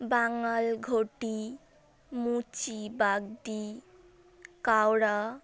বাঙাল ঘটি মুচি বাগদি কাওড়া